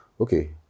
Okay